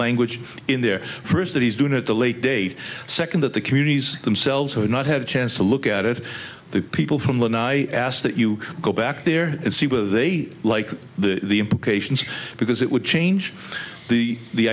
language in there first that he's doing at the late date second that the communities themselves have not had a chance to look at it the people from the nih ask that you go back there and see whether they like the implications because it would change the the